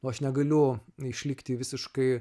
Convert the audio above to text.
o aš negaliu išlikti visiškai